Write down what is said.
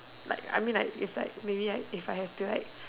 like I mean like if like maybe if I have to like